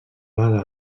basa